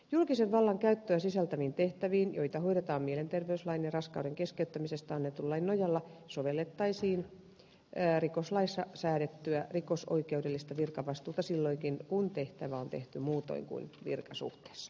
julkisen vallan käyttöä sisältäviin tehtäviin joita hoidetaan mielenterveyslain ja raskauden keskeyttämisestä annetun lain nojalla sovellettaisiin rikoslaissa säädettyä rikosoikeudellista virkavastuuta silloinkin kun tehtävä on tehty muutoin kuin virkasuhteessa